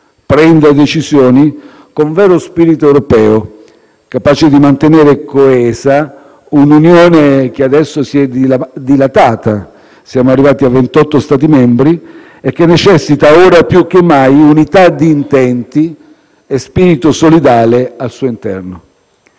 prenda decisioni con vero spirito europeo, capace di mantenere coesa l'Unione, che adesso si è dilatata - siamo arrivati a 28 Stati membri - e che necessita, ora più che mai, di unità di intenti e di spirito solidale al suo interno.